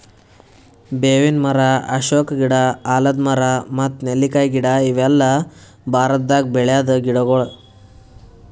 ಬೇವಿನ್ ಮರ, ಅಶೋಕ ಗಿಡ, ಆಲದ್ ಮರ ಮತ್ತ್ ನೆಲ್ಲಿಕಾಯಿ ಗಿಡ ಇವೆಲ್ಲ ಭಾರತದಾಗ್ ಬೆಳ್ಯಾದ್ ಗಿಡಗೊಳ್